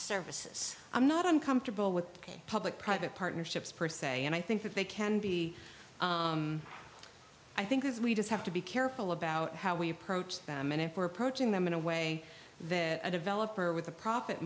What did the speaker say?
services i'm not uncomfortable with public private partnerships per se and i think that they can be i think is we just have to be careful about how we approach them and if we're approaching them in a way that a developer with a profit